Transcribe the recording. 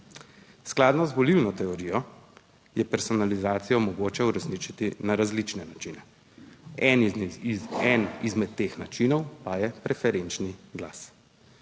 Skladno z volilno teorijo je personalizacijo mogoče uresničiti na različne načine, eden izmed teh načinov pa je preferenčni glas.